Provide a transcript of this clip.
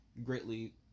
Greatly